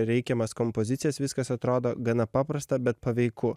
reikiamas kompozicijas viskas atrodo gana paprasta bet paveiku